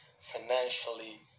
financially